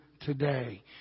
today